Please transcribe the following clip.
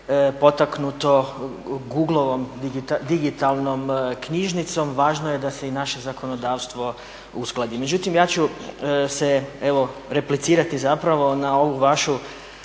potaknuto google-ovom digitalnom knjižnicom važno je da se i naše zakonodavstvo uskladi. Međutim, ja ću se evo replicirati zapravo na ovu vašu